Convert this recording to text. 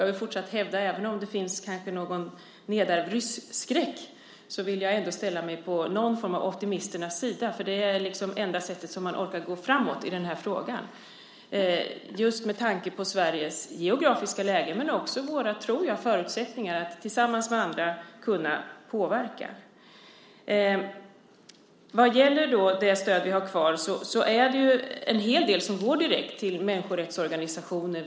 Även om det kanske finns en viss nedärvd rysskräck vill jag ställa mig på optimisternas sida eftersom det så att säga är enda sättet att orka gå vidare i den här frågan med tanke på Sveriges geografiska läge men också, tror jag, med tanke på våra förutsättningar att tillsammans med andra kunna påverka. Vad gäller det stöd som vi har kvar går en hel del av det direkt till människorättsorganisationer.